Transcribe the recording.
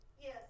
Yes